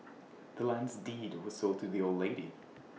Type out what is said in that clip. the land's deed was sold to the old lady